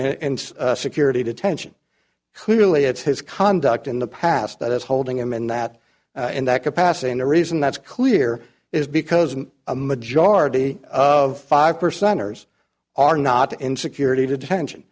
and security detention clearly it's his conduct in the past that is holding him in that in that capacity and the reason that's clear is because a majority of five percent hers are not in security detention